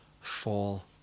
fall